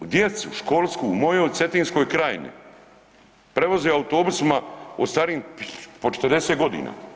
Pa djecu školsku u mojoj Cetinskoj krajini, prevozi autobusima starijim po 40 godina.